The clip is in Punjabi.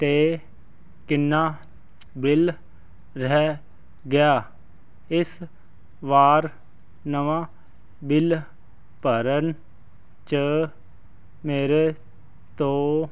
ਅਤੇ ਕਿੰਨਾ ਬਿੱਲ ਰਹਿ ਗਿਆ ਇਸ ਵਾਰ ਨਵਾਂ ਬਿੱਲ ਭਰਨ 'ਚ ਮੇਰੇ ਤੋਂ